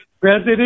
President